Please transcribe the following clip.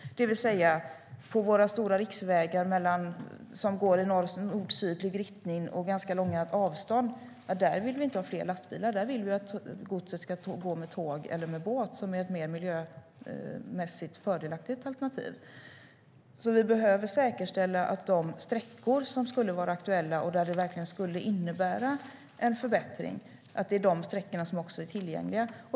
På våra stora riksvägar som går i nord-sydlig riktning och där det är ganska långa avstånd vill vi inte ha fler lastbilar. Vi vill att godset ska gå med tåg eller båt, som är mer miljömässigt fördelaktiga alternativ. Vi behöver säkerställa att det är de sträckor som skulle vara aktuella och där det verkligen skulle innebära en förbättring som också är tillgängliga.